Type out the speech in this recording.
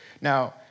now